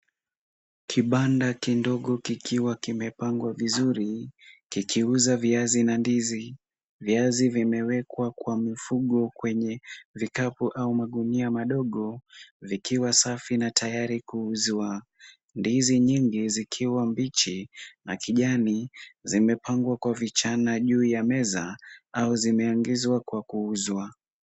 Kibanda kidogo kikiwa kimepangwa vizuri kikiuza viazi na ndizi. Viazi vimewekwa kwa mfungo kwenye vikapu au magunia madogo vikiwa safi na tayari kuuzwa. Ndizi nyingi zikiwa mbichi na kijani zimepangwa kwa vichana juu ya meza au zimeangizwa kwa kuuzwa.